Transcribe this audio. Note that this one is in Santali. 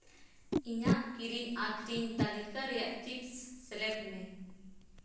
ᱤᱧᱟᱹᱜ ᱠᱤᱨᱤᱧ ᱟᱹᱠᱷᱨᱤᱧ ᱛᱟᱹᱞᱤᱠᱟ ᱨᱮᱭᱟᱜ ᱪᱤᱯᱥ ᱥᱮᱞᱮᱫ ᱢᱮ